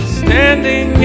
standing